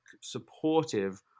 supportive